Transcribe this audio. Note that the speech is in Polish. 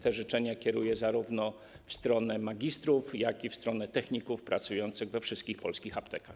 Te życzenia kieruję zarówno w stronę magistrów, jak i w stronę techników pracujących we wszystkich polskich aptekach.